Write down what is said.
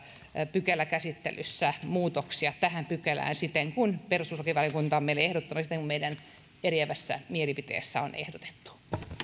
pykäläkäsittelyssä muutoksia näihin pykäliin siten kuin perustuslakivaliokunta on meille ehdottanut ja siten kuin meidän eriävässä mielipiteessämme on ehdotettu